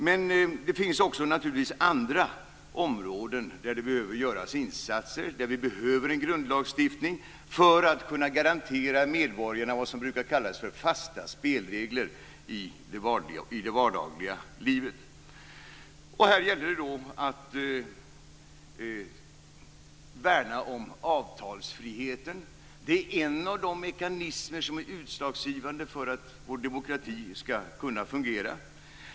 Men det finns naturligtvis andra områden där det behöver göras insatser, där vi behöver en grundlagstiftning för att kunna garantera medborgarna vad som brukar kallas för fasta spelregler i det vardagliga livet. Här gäller det att värna om avtalsfriheten. Det är en av de mekanismer som är utslagsgivande för att vår demokrati skall kunna fungera.